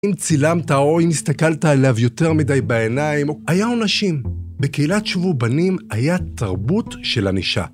אם צילמת או אם הסתכלת עליו יותר מדי בעיניים, היו עונשים. בקהילת שובו בנים היה תרבות של ענישה.